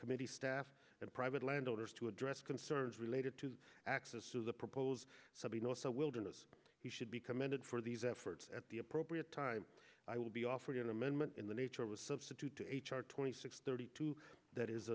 committee staff and private landowners to address concerns related to access to the proposed something also wilderness we should be commended for these efforts at the appropriate time i will be offered an amendment in the nature of a substitute h r twenty six thirty two that is